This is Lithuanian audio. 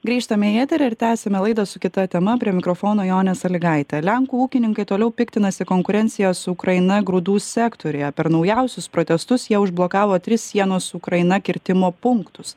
grįžtame į eterį ir tęsiame laidą su kita tema prie mikrofono jonė salygaitė lenkų ūkininkai toliau piktinasi konkurencija su ukraina grūdų sektoriuje per naujausius protestus jie užblokavo tris sienos su ukraina kirtimo punktus